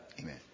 Amen